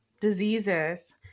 diseases